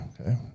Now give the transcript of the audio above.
Okay